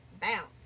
Bounce